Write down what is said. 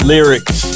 Lyrics